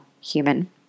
human